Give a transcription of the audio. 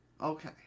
Okay